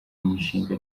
imishinga